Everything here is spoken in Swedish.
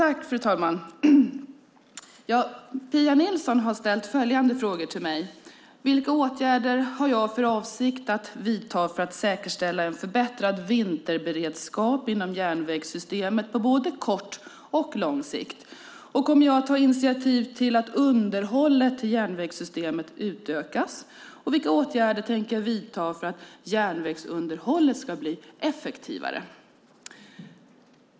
Fru talman! Pia Nilsson har ställt följande frågor till mig: Vilka åtgärder har jag för avsikt att vidta för att säkerställa en förbättrad vinterberedskap inom järnvägssystemet både på kort och på lång sikt? Kommer jag att ta initiativ till att underhållet till järnvägssystemet utökas? Vilka åtgärder tänker jag vidta för att järnvägsunderhållet ska bli effektivare?